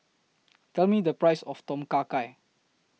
Tell Me The Price of Tom Kha Gai